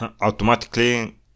automatically